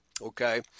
Okay